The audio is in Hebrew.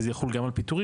וזה יחול גם על פיטורים,